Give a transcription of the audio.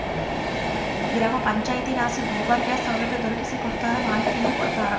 ಗ್ರಾಮ ಪಂಚಾಯಿತಿಲಾಸಿ ಗೋಬರ್ ಗ್ಯಾಸ್ ಸೌಲಭ್ಯ ದೊರಕಿಸಿಕೊಡ್ತಾರ ಮಾಹಿತಿನೂ ಕೊಡ್ತಾರ